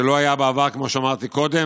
זה לא היה בעבר, כמו שאמרתי קודם.